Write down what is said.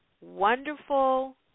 wonderful